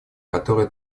которые